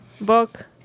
book